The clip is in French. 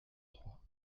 trois